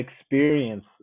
experience